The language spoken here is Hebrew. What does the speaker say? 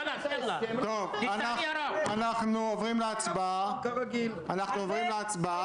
אנחנו מחכים --- תתחיל מהתחלה.